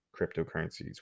cryptocurrencies